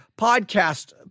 podcast